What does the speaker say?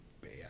bad